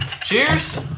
cheers